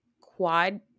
Quad –